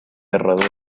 herradura